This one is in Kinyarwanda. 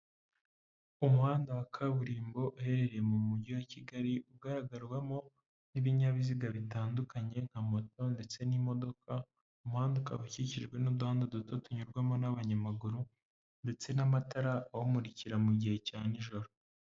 Umuhanda wa kaburimbo uherereye mu Mujyi wa Kigali ugaragarwamo n'ibinyabiziga bitandukanye, nka moto ndetse n'imodoka, umuhanda ukaba ukikijwe n'uduhanda duto tunyurwamo n'abanyamaguru ndetse n'amatara awumurikira mu gihe cya nijoro.